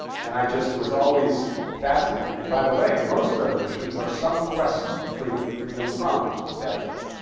and i just was always fascinated. and by the way, most revolutions are some quest of freedom freedom from the status quo.